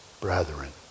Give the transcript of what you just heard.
brethren